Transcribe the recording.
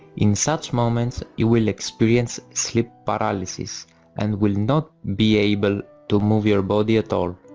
in such moments you will experience sleep paralysis and will not be able to move your body at all.